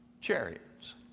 chariots